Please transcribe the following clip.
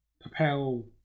propel